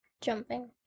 Jumping